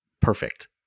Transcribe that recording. perfect